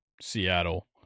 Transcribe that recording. Seattle